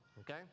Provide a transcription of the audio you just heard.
okay